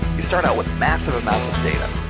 you start out with massive amount of data.